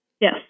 yes